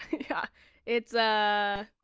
yeah it's, ah,